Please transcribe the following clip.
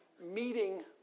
meeting